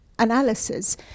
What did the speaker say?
analysis